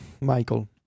Michael